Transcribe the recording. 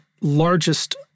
largest